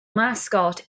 mascot